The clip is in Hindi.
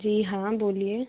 जी हाँ बोलिए